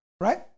right